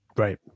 right